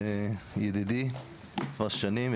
ידידי כבר שנים,